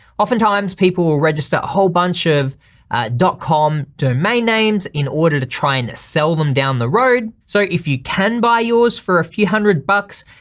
oftentimes people will register a whole bunch of com domain names in order to try and sell them down the road, so if you can buy yours for a few hundred bucks,